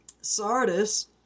Sardis